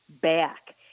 back